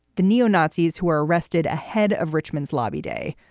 the neo-nazis who are arrested ahead of richmond's lobby day.